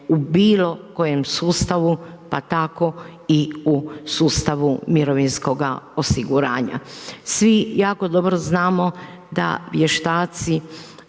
u bilo kojem sustavu, pa tako i u sustavu mirovinskoga osiguranja. Svi jako dobro znamo da vještaci